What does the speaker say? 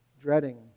dreading